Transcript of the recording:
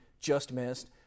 just-missed